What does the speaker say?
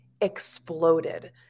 exploded